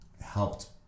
helped